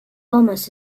almost